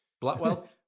Blackwell